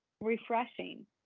refreshing